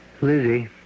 Lizzie